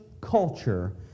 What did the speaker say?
culture